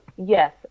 Yes